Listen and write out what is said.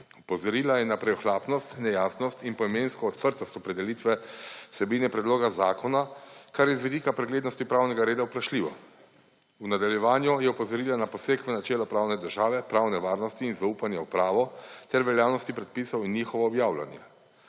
Opozorila je na preohlapnost, nejasnost in poimensko odprtost opredelitve vsebine predloga zakona, kar je z vidika preglednosti pravnega reda vprašljivo. V nadaljevanju je opozorila na poseg v načelo pravne države, pravne varnosti in zaupanja v pravo ter veljavnosti predpisov in njihovo objavljanje.